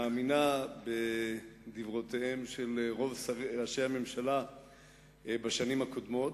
מאמינה בדברותיהם של רוב ראשי הממשלה בשנים הקודמות.